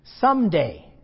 Someday